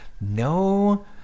No